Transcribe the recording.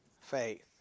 faith